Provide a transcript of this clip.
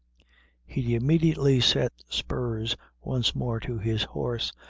he immediately set spurs once more to his horse,